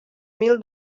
mil